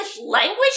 language